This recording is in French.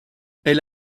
elle